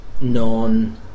non